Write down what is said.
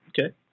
Okay